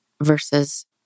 versus